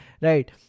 right